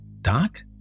Doc